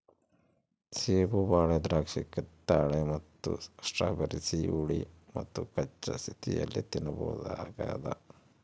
ಸೇಬು ಬಾಳೆ ದ್ರಾಕ್ಷಿಕಿತ್ತಳೆ ಮತ್ತು ಸ್ಟ್ರಾಬೆರಿ ಸಿಹಿ ಹುಳಿ ಮತ್ತುಕಚ್ಚಾ ಸ್ಥಿತಿಯಲ್ಲಿ ತಿನ್ನಬಹುದಾಗ್ಯದ